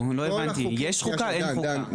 חוקה,